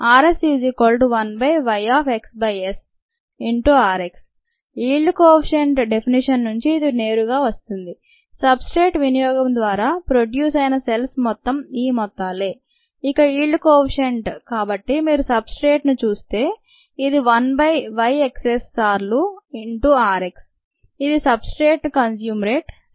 rS1YxSrx yield coefficient definition నుంచి ఇది నేరుగా వస్తుంది సబ్ స్ట్రేట్ వినియోగం ద్వారా ప్రోడ్యూస్ అయిన సెల్స్ మొత్తం ఈ మొత్తాలే ఒక ఈల్డ్ కోఎఫిషెంట్ కాబట్టి మీరు సబ్స్ట్రేట్ ను చూస్తే ఇది 1 బై Y x s సార్లు r x ఇది substrate consume rate cell produce rate